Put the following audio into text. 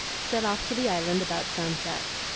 set off to the island about sunset.